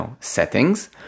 settings